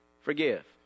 forgive